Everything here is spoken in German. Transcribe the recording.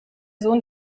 sohn